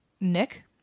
Nick